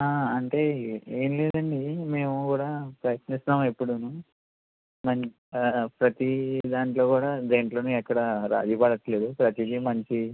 ఆ అంటే ఏ ఏమి లేదండి మేము కూడా ప్రయత్నిస్తాం ఎప్పుడును ఆ ఆ ప్రతి దాంట్లో కూడా దేంట్లోను ఎక్కడ రాజీ పడట్లేదు ప్రతిదీ మంచి